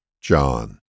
John